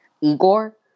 Igor